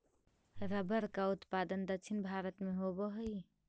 rubber का उत्पादन दक्षिण भारत में होवअ हई